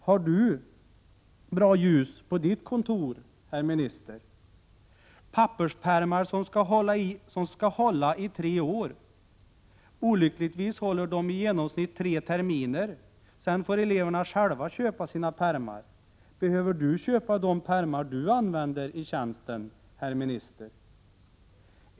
Har du bra ljus på ditt kontor herr minister? " Papperspärmar som ska hålla i tre år. Olyckligtvis håller dom i genomsnitt tre terminer sen får eleverna själva köpa sina pärmar. Behöver du köpa dom pärmar du använder i tjänsten herr minister?